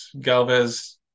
Galvez